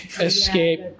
escape